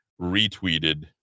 retweeted